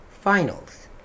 finals